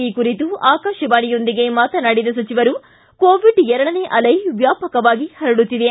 ಈ ಕುರಿತು ಆಕಾಶವಾಣಿಯೊಂದಿಗೆ ಮಾತನಾಡಿದ ಸಚಿವರು ಕೊವಿಡ್ ಎರಡನೇಯ ಅಲೆ ವ್ಯಾಪಕವಾಗಿ ಪರಡುತ್ತಿದೆ